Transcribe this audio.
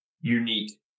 unique